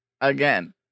again